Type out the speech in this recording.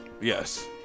Yes